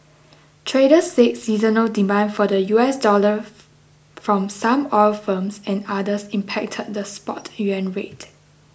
traders said seasonal demand for the U S dollar from some oil firms and others impacted the spot yuan rate